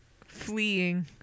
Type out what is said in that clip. fleeing